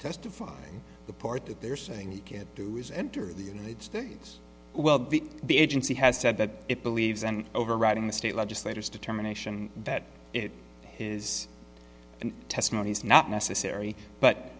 testifying the part that they're saying he can do is enter the united states well the agency has said that it believes and overriding the state legislators determination that it is in testimony is not necessary but